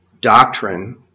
doctrine